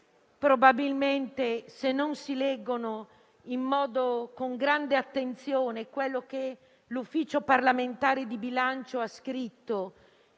probabilmente se non si legge con grande attenzione quello che l'Ufficio parlamentare di bilancio ha scritto,